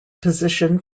position